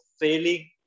failing